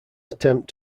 attempt